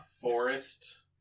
forest